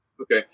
Okay